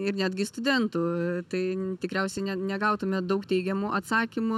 ir netgi studentų tai tikriausiai ne negautume daug teigiamų atsakymų